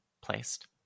placed